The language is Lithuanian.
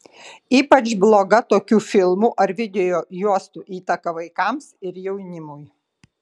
ypač bloga tokių filmų ar videojuostų įtaka vaikams ir jaunimui